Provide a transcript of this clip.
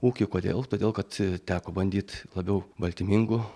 ūkį kodėl todėl kad teko bandyt labiau baltymingų